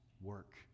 work